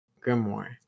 grimoire